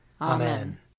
Amen